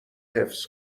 حفظ